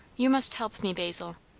you must help me, basil.